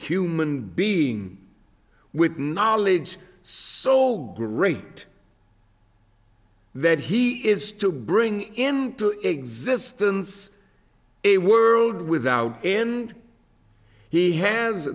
human being with knowledge so great that he is to bring into existence a world without end he has